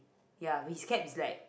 ya his cap is like